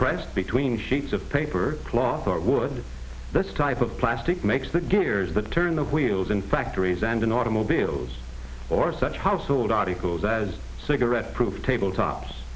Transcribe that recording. pressed between sheets of paper cloth or wood this type of plastic makes the gears but turn the wheels in factories and in automobiles or such household articles as cigarette proof tabletops